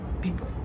people